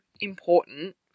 important